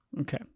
Okay